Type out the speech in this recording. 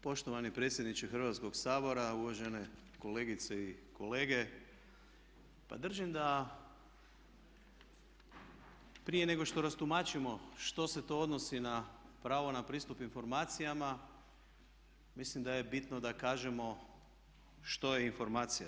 Poštovani predsjedniče Hrvatskog sabora, uvažene kolegice i kolege, pa držim da prije nego što rastumačimo što se to odnosi na pravo na pristup informacijama, mislim da je bitno da kažemo što je informacija.